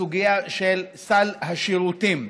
לסוגיה של סל השירותים.